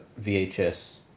VHS